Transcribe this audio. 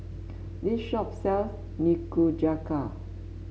this shop sells Nikujaga